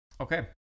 okay